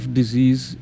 disease